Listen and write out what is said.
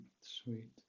Sweet